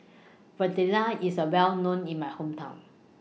Fritada IS Well known in My Hometown